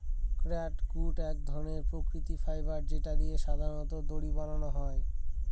catgut এক ধরনের প্রাকৃতিক ফাইবার যেটা দিয়ে সাধারনত দড়ি বানানো হয়